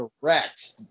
correct